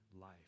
life